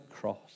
cross